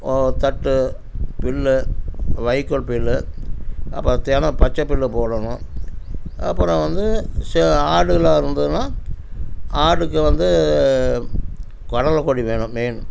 தட்டு புல்லு வைக்கோற் புல்லு அப்புறம் தினம் பச்சை புல்லு போடணும் அப்புறம் வந்து சே ஆடுலாம் இருந்ததுன்னா ஆடுக்கு வந்து கடலக்கொடி வேணும் மெயின்